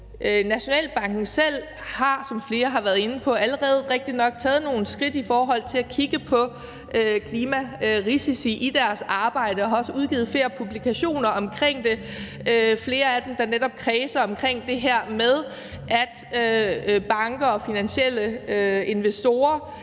Nationalbanken selv har, som flere har været inde på, rigtignok allerede taget nogle skridt i forhold til at kigge på klimarisici i deres arbejde og har også udgivet flere publikationer om det, hvor flere af dem netop kredser om det her med, at banker og finansielle investorer